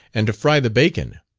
and to fry the bacon.